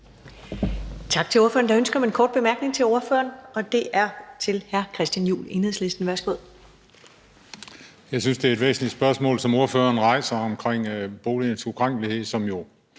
Tak til ordføreren. Der er ønske om en kort bemærkning til ordføreren, og det er fra hr. Christian Juhl, Enhedslisten. Værsgo. Kl. 14:41 Christian Juhl (EL): Jeg synes, det er et væsentligt spørgsmål, som ordføreren rejser, omkring boligens ukrænkelighed, som jo